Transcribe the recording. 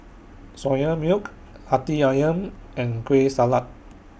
Soya Milk Hati Ayam and Kueh Salat